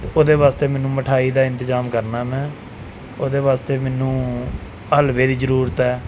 ਉਹਦੇ ਵਾਸਤੇ ਮੈਨੂੰ ਮਿਠਾਈ ਦਾ ਇੰਤਜਾਮ ਕਰਨਾ ਮੈਂ ਉਹਦੇ ਵਾਸਤੇ ਮੈਨੂੰ ਹਲਵੇ ਦੀ ਜ਼ਰੂਰਤ ਹੈ